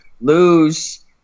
lose